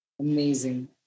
Amazing